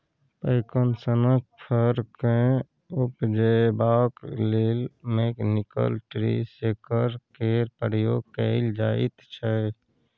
पैकन सनक फर केँ उपजेबाक लेल मैकनिकल ट्री शेकर केर प्रयोग कएल जाइत छै